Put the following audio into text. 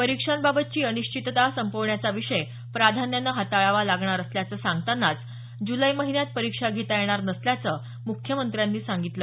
परीक्षांबाबतची अनिश्चितता संपवण्याचा विषय प्राधान्यानं हाताळावा लागणार असल्याचं सांगतानाच जुलै महिन्यात परीक्षा घेता येणार नसल्याचं मुख्यमंत्र्यांनी सांगितलं